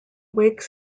wakes